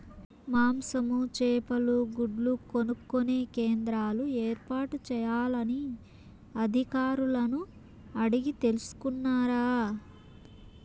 మాంసము, చేపలు, గుడ్లు కొనుక్కొనే కేంద్రాలు ఏర్పాటు చేయాలని అధికారులను అడిగి తెలుసుకున్నారా?